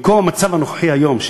במקום המצב הנוכחי היום,